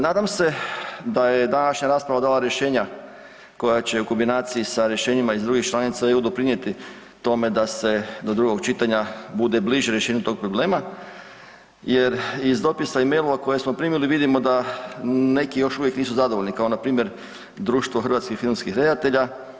Nadam se da je današnja rasprava dala rješenja koja će u kombinacija sa rješenjima iz drugih članica EU doprinijeti tome da se do drugog čitanja bude bliže rješenju tog problema jer iz dopisa i mailova koje smo primili vidimo da neki još uvijek nisu zadovoljni kao npr. Društvo hrvatskih filmskih redatelja.